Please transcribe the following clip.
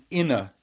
inner